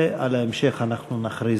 ועל ההמשך אנחנו נכריז.